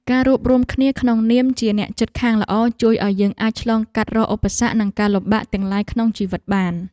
ការរួបរួមគ្នាក្នុងនាមជាអ្នកជិតខាងល្អជួយឱ្យយើងអាចឆ្លងកាត់រាល់ឧបសគ្គនិងការលំបាកទាំងឡាយក្នុងជីវិតបាន។